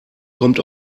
kommt